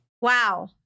Wow